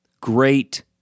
Great